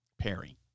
Perry